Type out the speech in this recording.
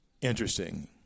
interesting